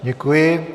Děkuji.